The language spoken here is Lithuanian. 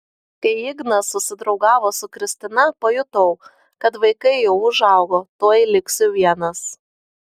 kai ignas susidraugavo su kristina pajutau kad vaikai jau užaugo tuoj liksiu vienas